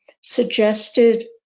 suggested